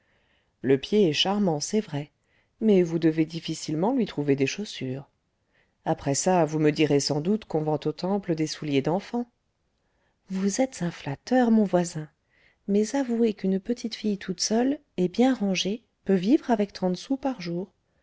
le pied est charmant c'est vrai mais vous devez difficilement lui trouver des chaussures après ça vous me direz sans doute qu'on vend au temple des souliers d'enfants vous êtes un flatteur mon voisin mais avouez qu'une petite fille toute seule et bien rangée peut vivre avec trente sous par jour